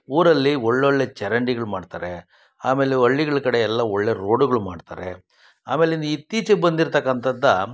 ಊರಲ್ಲಿ ಒಳ್ಳೊಳ್ಳೆಯ ಚರಂಡಿಗ್ಳು ಮಾಡ್ತಾರೆ ಆಮೇಲೆ ಹಳ್ಳಿಗಳ್ ಕಡೆ ಎಲ್ಲ ಒಳ್ಳೆಯ ರೋಡ್ಗಳು ಮಾಡ್ತಾರೆ ಆಮೇಲಿಂದ ಇತ್ತೀಚಿಗೆ ಬಂದಿರ್ತಕ್ಕಂಥದ್ದು